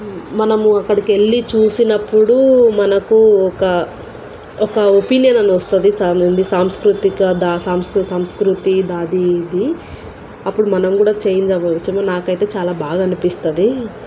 మనము అక్కడికెళ్ళి చూసినప్పుడు మనకు ఒక ఒక ఒపీనియన్ అని వస్తుంది సం సాంస్కృతిక దా సాస్కృ సంస్కృతి దాది ఇది అప్పుడు మనం కూడా చేంజ్ అవ్వవచ్చు ఏమో నాకైతే చాలా బాగా అనిపిస్తుంది